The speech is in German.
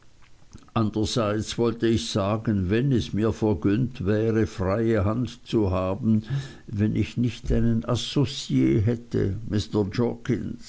andererseits wollte ich sagen wenn es mir vergönnt wäre freie hand zu haben wenn ich nicht einen associe hätte